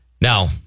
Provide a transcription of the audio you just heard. Now